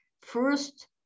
First